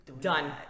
Done